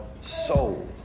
soul